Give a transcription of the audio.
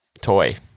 toy